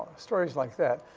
stories like that,